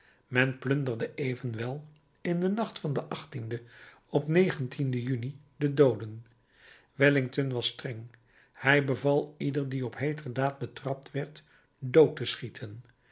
men plunderde evenwel in den nacht van den op den juni de dooden wellington was streng hij beval ieder die op heeter daad betrapt werd dood te schieten